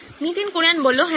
নীতিন কুরিয়ান হ্যাঁ